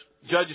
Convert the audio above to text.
Judges